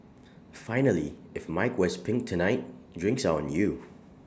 finally if mike wears pink tonight drinks on you